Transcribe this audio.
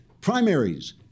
primaries